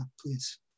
please